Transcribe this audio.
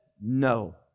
no